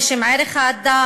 בשם ערך האדם?